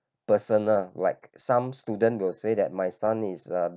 personal like some student they will say that my son is uh